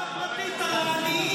השגחה פרטית על העניים,